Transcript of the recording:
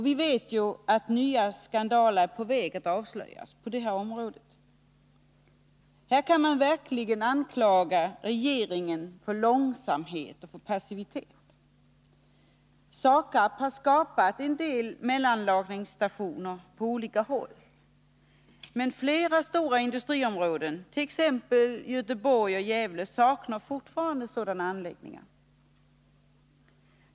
Vi vet ju att nya skandaler på det här området är på väg att avslöjas. Här kan man verkligen anklaga regeringen för långsamhet och passivitet. SAKAB har skapat en del mellanlagringsstationer på olika håll, men flera stora industriområden, t.ex. Göteborg och Gävle, saknar fortfarande sådana anläggningar.